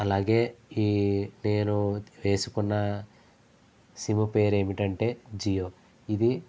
అలాగే ఈ నేను వేసుకున్న సిమ్ పేరు ఏమిటంటే జియో ఇది